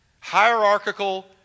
hierarchical